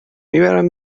میبرم